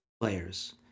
players